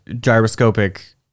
gyroscopic